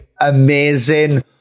amazing